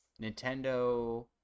Nintendo